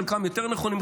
חלקם יותר נכונים,